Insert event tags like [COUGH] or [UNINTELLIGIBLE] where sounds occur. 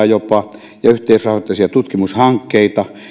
[UNINTELLIGIBLE] jopa avaruustoimintaa ja yhteisrahoitteisia tutkimushankkeita